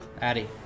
Addy